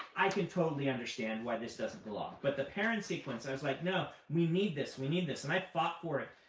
i can totally understand why this doesn't belong. but the perrin sequence, i was like, no, we need this. we need this. and i fought for it,